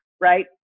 right